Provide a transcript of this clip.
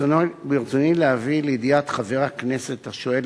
ברצוני להביא לידיעת חבר הכנסת השואל